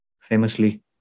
famously